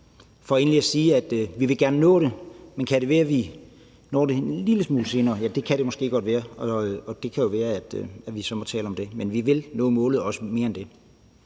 for egentlig at sige, at vi gerne vil nå det, men kan det være, vi når det en lille smule senere? Ja, det kan måske godt være, og det kan jo være, at vi så må tale om det. Men vi vil nå målet og også mere end det.